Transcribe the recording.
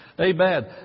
Amen